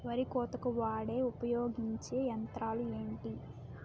వరి కోతకు వాడే ఉపయోగించే యంత్రాలు ఏంటి?